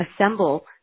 assemble